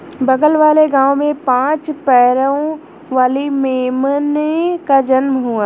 बगल वाले गांव में पांच पैरों वाली मेमने का जन्म हुआ है